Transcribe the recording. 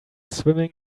swimming